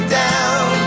down